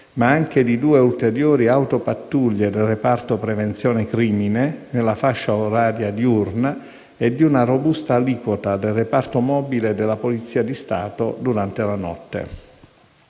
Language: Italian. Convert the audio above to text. ma anche di due ulteriori autopattuglie del reparto prevenzione crimine, nella fascia oraria diurna, e di una robusta aliquota del reparto mobile della Polizia di Stato durante la notte.